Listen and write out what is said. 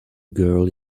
girl